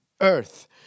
earth